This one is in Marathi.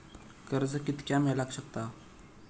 कर्ज कितक्या मेलाक शकता?